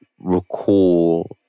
recall